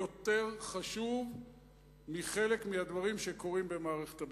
יותר חשוב מחלק מהדברים שקורים במערכת הביטחון.